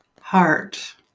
heart